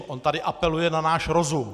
On tady apeluje na náš rozum!